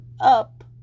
up